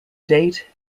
date